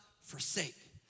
forsake